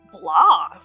Blah